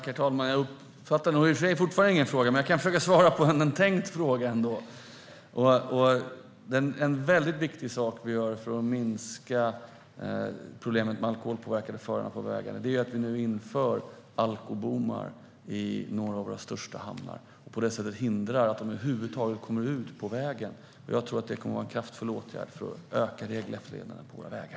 Herr talman! Jag uppfattar nog fortfarande ingen fråga, men jag kan ändå försöka svara på en tänkt fråga. En väldigt viktig sak vi gör för att minska problemet med alkoholpåverkade förare på vägarna är att vi nu inför alkobommar i några av våra största hamnar. På det sättet hindrar vi dem från att över huvud taget komma ut på vägen, och jag tror att det kommer att vara en kraftfull åtgärd för att öka regelefterlevnaden på våra vägar.